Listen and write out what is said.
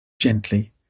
Gently